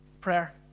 prayer